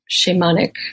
shamanic